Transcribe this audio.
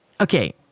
Okay